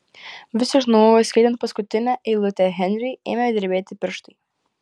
vis iš naujo skaitant paskutinę eilutę henriui ėmė drebėti pirštai